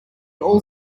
all